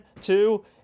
two